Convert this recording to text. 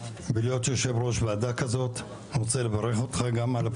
אני רוצה לומר שהגיע הזמן להסתכל על הנגב והגליל לא